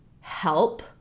help